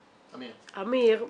אמיר,